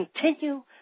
continue